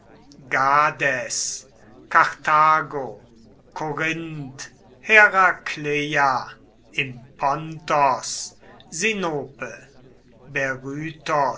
karthago korinth herakleia im pontos sinope